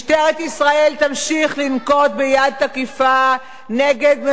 משטרת ישראל תמשיך לנקוט יד תקיפה נגד,